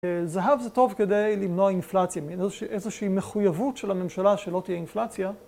זהב זה טוב כדי למנוע אינפלציה, איזושהי מחויבות של הממשלה שלא תהיה אינפלציה.